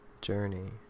journey